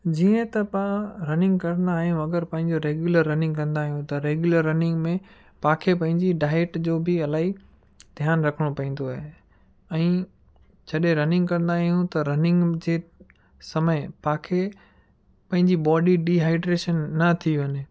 जीअं त पाण रनिंग कंदा आहियूं अगरि पंहिंजो रेगूलर रनिंग कंदा आहियूं त रेगूलर रनिंग में पाणखे पंहिंजी डाइट जो बि इलाही ध्यानु रखणो पवंदो आहे ऐं जॾहिं रनिंग कंदा आहियूं त रनिंग जे समय पाणखे पंहिंजी बॉडी डिहाइड्रेशन न थी वञे